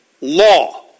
law